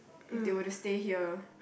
if they were to stay here